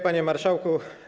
Panie Marszałku!